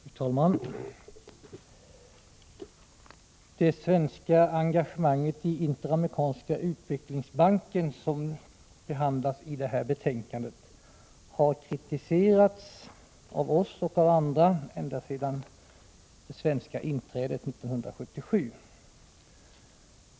Fru talman! Det svenska engagemanget i Interamerikanska utvecklingsbanken, som behandlas i detta betänkande, har kritiserats av oss och av andra ända sedan det svenska inträdet 1977.